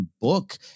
book